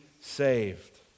saved